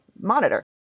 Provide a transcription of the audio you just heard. monitor